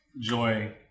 joy